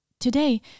Today